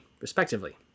respectively